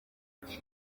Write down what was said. icyo